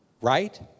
Right